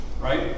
right